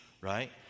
right